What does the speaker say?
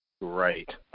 Right